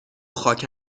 خاک